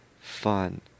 fun